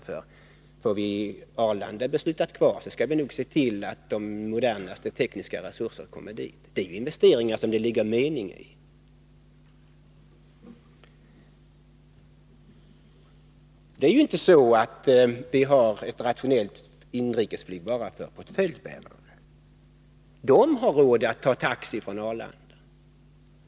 Får vi ett beslut om att ha kvar Bromma flygplats, skall vi nog se till att den får de modernaste tekniska resurser. Det är meningsfulla investeringar. Det är ju inte så att vi har ett rationellt inrikesflyg bara för portföljbärare. De har råd att ta taxi från Arlanda.